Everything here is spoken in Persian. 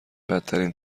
بدترین